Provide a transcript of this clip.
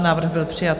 Návrh byl přijat.